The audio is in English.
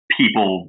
people